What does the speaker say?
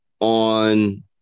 on